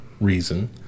reason